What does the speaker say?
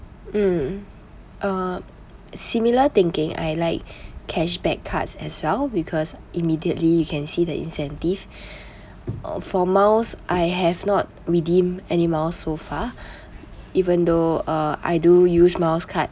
mm uh similar thinking I like cash back cards as well because immediately you can see the incentive uh for miles I have not redeemed any miles so far even though uh I do use miles card